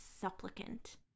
supplicant